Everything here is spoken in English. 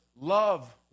love